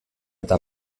eta